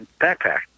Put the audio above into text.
backpack